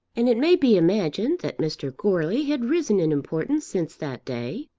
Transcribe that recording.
and it may be imagined that mr. goarly had risen in importance since that day.